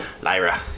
Lyra